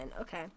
Okay